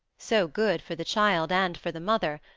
so good for the child and for the mother,